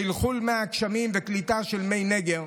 חלחול מי הגשמים וקליטה של מי נגר,